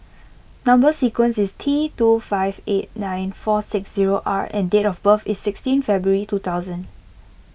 Number Sequence is T two five eight nine four six zero R and date of birth is sixteen February two thousand